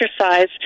exercise